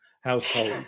household